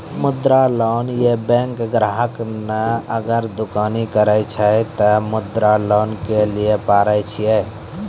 मुद्रा लोन ये बैंक ग्राहक ने अगर दुकानी करे छै ते मुद्रा लोन लिए पारे छेयै?